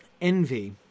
envy